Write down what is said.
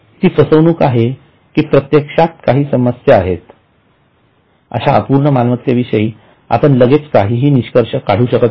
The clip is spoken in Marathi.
ती फसवणूक आहे की प्रत्यक्षात काही समस्या आहेत अश्या अपूर्ण मालमत्ते विषयी आपण लगेच काहीही निष्कर्ष काढू शकत नाही